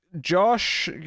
josh